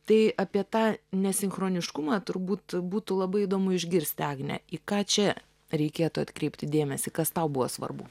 tai apie tą nesinchroniškumą turbūt būtų labai įdomu išgirsti agne į ką čia reikėtų atkreipti dėmesį kas tau buvo svarbu